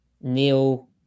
Neil